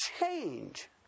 change